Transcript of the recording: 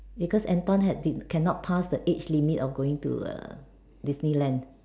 because Anton had been cannot pass the age limit of going to err Disneyland